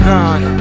God